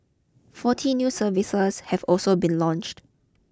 forty new services have also been launched